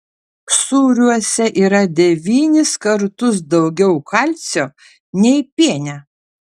sūriuose yra devynis kartus daugiau kalcio nei piene